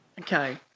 okay